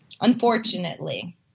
Unfortunately